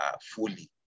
fully